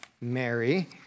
Mary